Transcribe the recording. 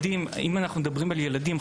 אם אנחנו מדברים על ילדים,